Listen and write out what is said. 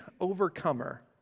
Overcomer